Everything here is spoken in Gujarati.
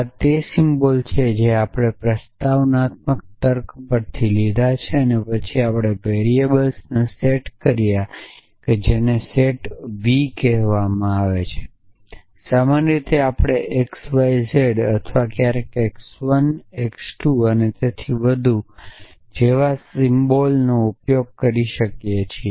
આ તે સિમ્બોલ છે જે આપણે પ્રસ્તાવના તર્ક પરથી લીધા છે પછી આપણે વેરીએબલોનો સેટ કર્યો જેને સેટ v કહેવામાં આવે છે અને સામાન્ય રીતે આપણે XYZ અથવા ક્યારેક X 1 X 2 અને તેથી વધુ જેવા સિમ્બોલનો ઉપયોગ કરીએ છીએ